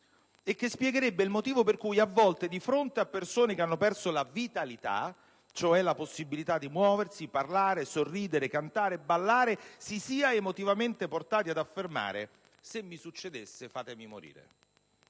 e che spiegherebbe il motivo per cui, a volte, di fronte a persone che hanno perso la vitalità, cioè la possibilità di muoversi, parlare, sorridere, cantare e ballare, si sia emotivamente portati ad affermare: se mi succedesse fatemi morire.